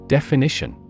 Definition